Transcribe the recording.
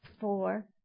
four